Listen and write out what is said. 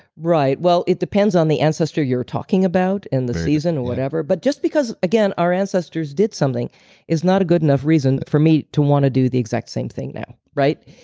right, well it depends on the ancestor you're talking about and the season or whatever but just because, again, our ancestors did something is not a good enough reason for me to want to do the exact same thing now, right?